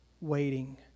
waiting